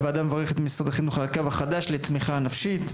הוועדה מברכת את משרד החינוך על הקו החדש לתמיכה נפשית.